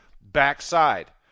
Backside